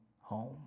home